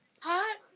hot